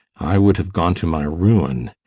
i would have gone to my ruin,